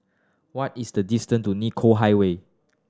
what is the distance to Nicoll Highway